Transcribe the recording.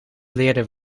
leerden